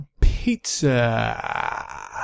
Pizza